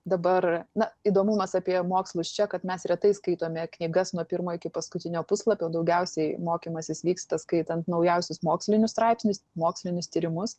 dabar na įdomumas apie mokslus čia kad mes retai skaitome knygas nuo pirmo iki paskutinio puslapio daugiausiai mokymasis vyksta skaitant naujausius mokslinius straipsnius mokslinius tyrimus